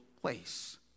place